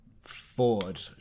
Ford